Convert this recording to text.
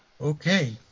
Okay